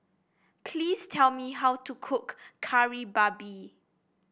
please tell me how to cook Kari Babi